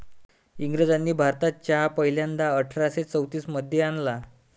इंग्रजांनी भारतात चहा पहिल्यांदा अठरा शे चौतीस मध्ये आणला